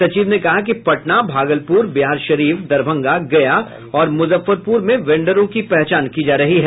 सचिव ने कहा कि पटना भागलपुर बिहारशरीफ दरभंगा गया और मुजफ्फरपुर में वेंडरों की पहचान की जा रही है